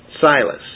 Silas